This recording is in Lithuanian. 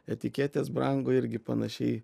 etiketės brango irgi panašiai